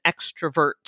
extrovert